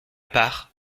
part